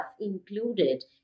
included